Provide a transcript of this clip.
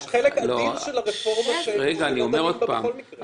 יש חלק אדיר של הרפורמה שלא דנים בה בכל מקרה.